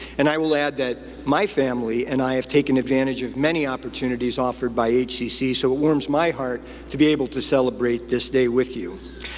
and i will add that my family and i have taken advantage of many opportunities offered by hcc, so it warms my heart to be able to celebrate this day with you.